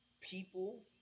people